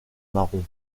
marron